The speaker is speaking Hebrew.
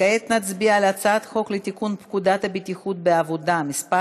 כעת נצביע על הצעת חוק לתיקון פקודת הבטיחות בעבודה (מס'